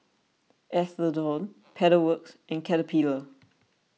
Atherton Pedal Works and Caterpillar